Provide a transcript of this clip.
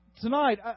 Tonight